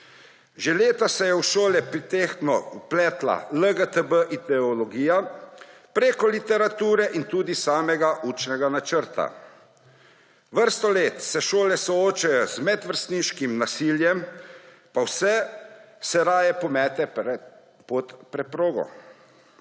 Že leta se v šole pritlehno vpleta ideologija LGBT prek literature in tudi samega učnega načrta. Vrsto let se šole soočajo z medvrstniškim nasiljem, pa se vse raje pomete pod preprogo.